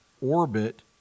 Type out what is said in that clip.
orbit